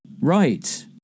Right